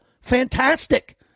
Fantastic